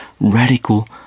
radical